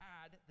add